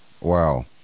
wow